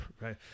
right